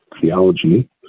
theology